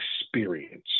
experience